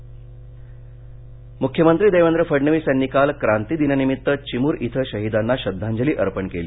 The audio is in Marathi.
मुख्यमंत्री मुख्यमंत्री देवेंद्र फडणवीस यांनी काल क्रांती दिनानिमित्त चिमूर इथ शहिदांना श्रद्धांजली अर्पण केली